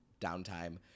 downtime